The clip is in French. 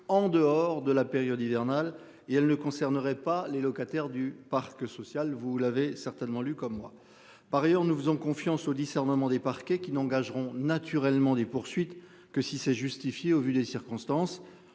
en dehors de la période hivernale et elle ne concernerait pas les locataires du parc social, vous l'avez certainement lu comme moi. Par ailleurs, nous faisons confiance au discernement des parquets qui n'engageront naturellement des poursuites que si c'est justifié au vu des circonstances.